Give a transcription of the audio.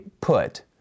put